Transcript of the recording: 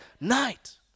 night